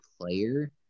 player